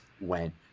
went